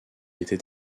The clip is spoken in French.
était